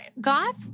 goth